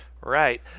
Right